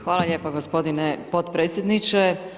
Hvala lijepa g. potpredsjedniče.